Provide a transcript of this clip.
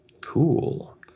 Cool